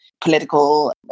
political